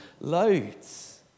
loads